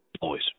Boys